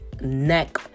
neck